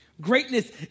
Greatness